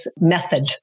method